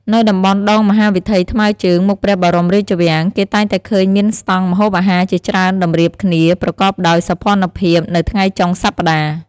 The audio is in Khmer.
នៅតំបន់ដងមហាវិថីថ្មើរជើងមុខព្រះបរមរាជវាំង គេតែងតែឃើញមានស្តង់ម្ហូបអាហារជាច្រើនតម្រៀបគ្នាប្រកបដោយសោភ័ណភាពនៅថ្ងៃចុងសប្ដាហ៍។